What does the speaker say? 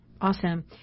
Awesome